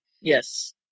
Yes